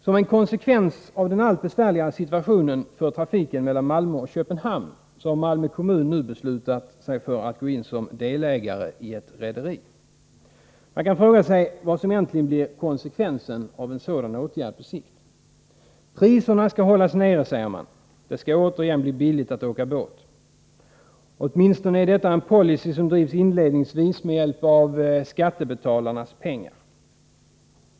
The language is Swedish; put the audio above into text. Som en konsekvens av den allt besvärligare situationen för trafiken mellan Malmö och Köpenhamn har Malmö kommun nu beslutat sig för att gå in som delägare i ett rederi. Man kan fråga sig vad som egentligen på sikt blir konsekvensen av en sådan åtgärd. Priserna skall hållas nere, säger man. Det skall återigen bli billigt att åka båt. Denna policy drivs — åtminstone inledningsvis — med hjälp av skattebetalarnas pengar.